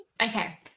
Okay